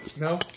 No